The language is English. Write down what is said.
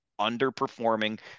underperforming